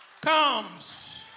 comes